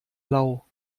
lau